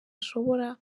ashobora